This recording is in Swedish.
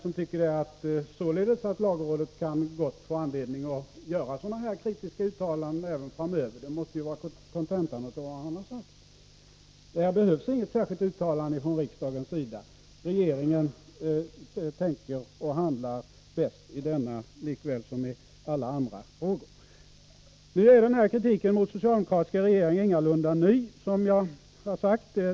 Han tycker således att lagrådet gott kan få lov att göra sådana här kritiska uttalanden även framöver — det måste ju vara kontentan av vad han har sagt. Det behövs alltså inga särskilda uttalanden från riksdagens sida, eftersom det är regeringen som tänker och handlar bäst i denna som i alla andra frågor. Den här kritiken mot socialdemokratiska regeringar är, som sagt, ingalunda ny.